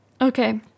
Okay